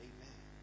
Amen